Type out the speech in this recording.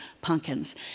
pumpkins